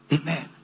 Amen